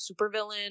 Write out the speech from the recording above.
supervillain